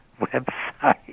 website